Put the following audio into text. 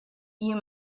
you